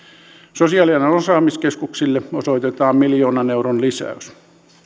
sosiaalialan osaamiskeskuksille osoitetaan miljoonan euron lisäys